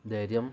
ధైర్యం